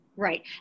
Right